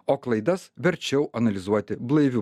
o klaidas verčiau analizuoti blaiviu